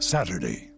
Saturday